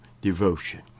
devotion